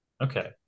Okay